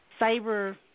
cyber